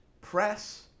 press